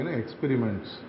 experiments